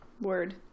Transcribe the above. Word